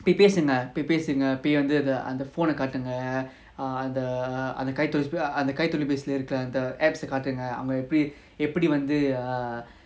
பொய்பேசுங்கபொய்பேசுங்கபோய்வந்துஅந்த:poi pesunga poi pesunga poi vandhu phone ah காட்டுங்கஅந்த:kaarunga andha the apps ah காட்டுங்கஅவங்கஎப்படிஎப்படிவந்து:kaatunga eppadi eppadi vandhu err